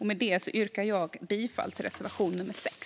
Med det yrkar jag bifall till reservation 6.